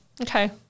Okay